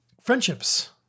friendships